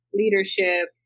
leadership